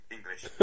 English